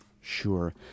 Sure